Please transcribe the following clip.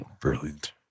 Brilliant